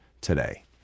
today